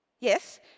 Yes